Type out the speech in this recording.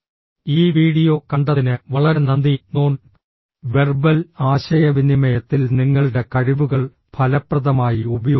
ഈ വീഡിയോ കണ്ടതിന് വളരെ നന്ദി നോൺ വെർബൽ ആശയവിനിമയത്തിൽ നിങ്ങളുടെ കഴിവുകൾ ഫലപ്രദമായി ഉപയോഗിക്കുക